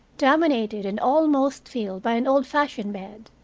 dominated and almost filled by an old-fashioned bed,